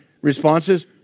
responses